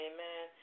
Amen